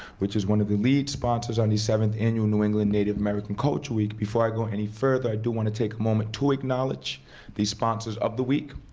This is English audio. which is one of the lead sponsors on the seventh annual new england native american culture week. before i go any further, i do want to take a moment to acknowledge the sponsors of the week.